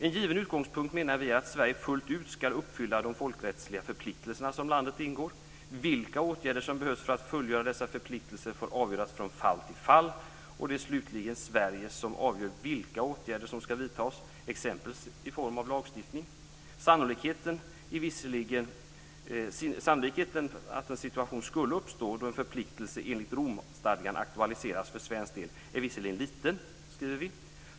En given utgångspunkt, menar vi, är att Sverige fullt ut ska uppfylla de folkrättsliga förpliktelser som landet ingår. Vilka åtgärder som behövs för att fullgör dessa förpliktelser får avgöras från fall till fall, och det är slutligen Sverige som avgör vilka åtgärder som ska vidtas, exempelvis i form av lagstiftning. Sannolikheten att en situation skulle uppstå då en förpliktelse enligt Romstadgan aktualiseras för svensk del är visserligen liten, skriver vi.